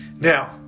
Now